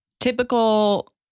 typical